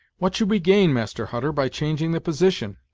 what should we gain, master hutter, by changing the position?